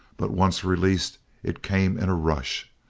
but once released it came in a rush,